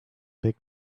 big